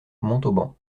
montauban